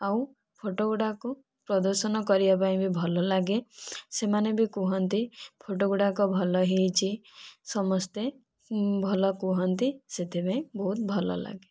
ଆଉ ଫଟୋଗୁଡ଼ିକୁ ପ୍ରଦର୍ଶନ କରିବା ପାଇଁ ବି ଭଲଲାଗେ ସେମାନେ ବି କହନ୍ତି ଫୋଟୋଗୁଡ଼ିକ ଭଲ ହୋଇଛି ସମସ୍ତେ ଭଲ କୁହନ୍ତି ସେଥିପାଇଁ ବହୁତ ଭଲଲାଗେ